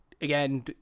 again